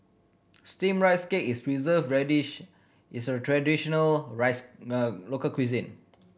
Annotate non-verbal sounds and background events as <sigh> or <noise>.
Steamed Rice Cake is Preserved Radish is a traditional rice <unintelligible> local cuisine